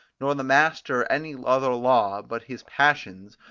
nor the master any other law but his passions,